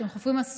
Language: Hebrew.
שהם חופים אסורים,